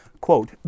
quote